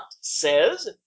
says